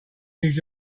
use